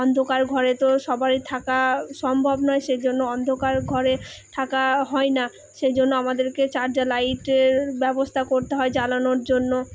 অন্ধকার ঘরে তো সবারই থাকা সম্ভব নয় সে জন্য অন্ধকার ঘরে থাকা হয় না সেজন্য আমাদেরকে চার্জার লাইটের ব্যবস্থা করতে হয় জ্বালানোর জন্য